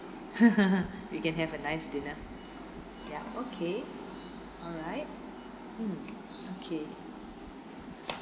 we can have a nice dinner ya okay alright mm okay